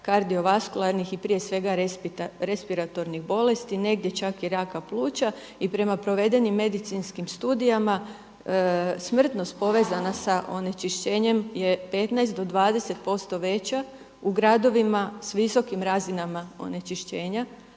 kardiovaskularnih i prije svega respiratornih bolesti, negdje čak i raka pluća. I prema provedenim medicinskim studijama smrtnost povezana sa onečišćenjem je 15 do 20% veća u gradovima s visokim razinama onečišćenja